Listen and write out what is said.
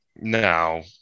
No